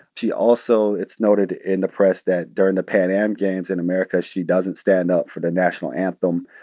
she also it's noted in the press that during the pan am games in america, she doesn't stand up for the national anthem.